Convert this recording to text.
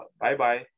Bye-bye